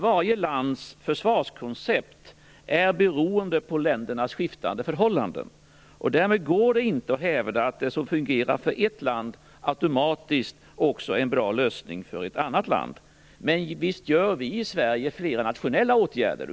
Varje lands försvarskoncept är beroende av ländernas skiftande förhållanden. Därmed går det inte att hävda att det som fungerar för ett land automatiskt också är en bra lösning för ett annat land. Visst genomför vi i Sverige flera nationella åtgärder.